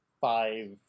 five